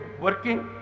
working